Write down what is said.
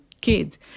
kids